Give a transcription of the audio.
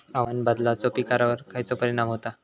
हवामान बदलाचो पिकावर खयचो परिणाम होता?